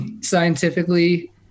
Scientifically